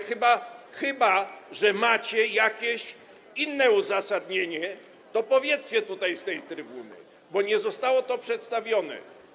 Chyba że macie jakieś inne uzasadnienie, to powiedzcie o tym tutaj, z tej trybuny, bo nie zostało ono przedstawione.